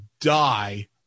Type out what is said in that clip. die